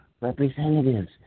representatives